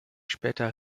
später